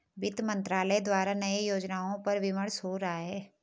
वित्त मंत्रालय द्वारा नए योजनाओं पर विमर्श हो रहा है